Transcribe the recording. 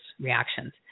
reactions